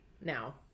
now